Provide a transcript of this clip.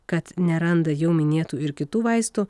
kad neranda jau minėtų ir kitų vaistų